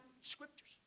scriptures